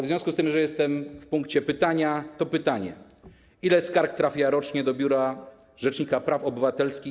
W związku z tym, że jestem w punkcie: pytania, mam pytanie: Ile skarg trafia rocznie do Biura Rzecznika Praw Obywatelskich?